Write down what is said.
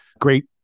great